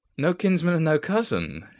no kinsman, and no cousin!